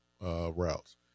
routes